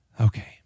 Okay